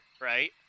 right